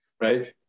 right